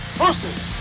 versus